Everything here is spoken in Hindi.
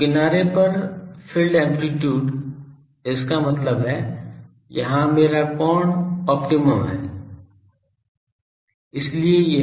तो किनारे पर फ़ील्ड एम्पलीटूड इसका मतलब है वहाँ मेरा कोण ऑप्टिमम है